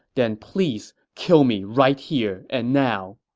then please kill me right here and now!